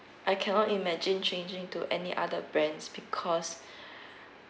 I cannot imagine changing to any other brands because